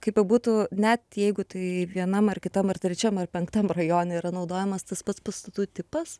kaip bebūtų net jeigu tai vienam ar kitam ar trečiam ar penktam rajone yra naudojamas tas pats pastatų tipas